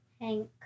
Hank